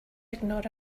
ignore